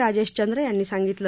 राजेश चंद्र यांनी सांगितलं